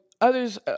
others